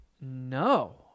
No